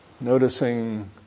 noticing